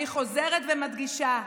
אני חוזרת ומדגישה,